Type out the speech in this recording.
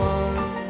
one